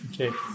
Okay